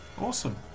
awesome